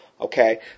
Okay